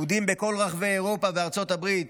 יהודים בכל רחבי אירופה ובארצות הברית,